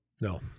No